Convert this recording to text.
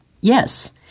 Yes